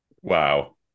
wow